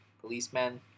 policemen